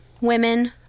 women